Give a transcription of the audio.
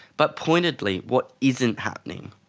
but pointedly what isn't happening.